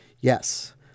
Yes